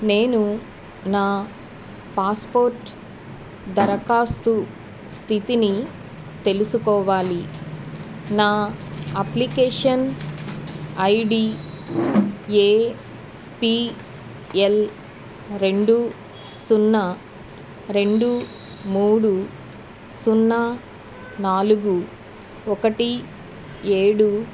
నేను నా పాస్పోర్ట్ దరఖాస్తు స్థితిని తెలుసుకోవాలి నా application I D A P L రెండు సున్నా రెండు మూడు సున్నా నాలుగు ఒకటి ఏడు